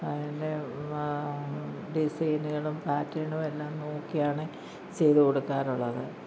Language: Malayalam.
അതിൻ്റെ മ് ഡിസൈനുകളും പാറ്റേണും എല്ലാം നോക്കിയാണ് ചെയ്തുകൊടുക്കാറുള്ളത്